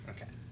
Okay